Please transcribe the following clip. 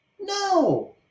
No